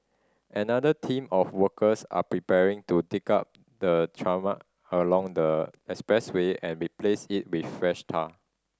another team of workers are preparing to dig up the tarmac along the expressway and replace it with fresh tar